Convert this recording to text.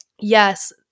yes